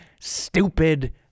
stupid